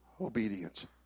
obedience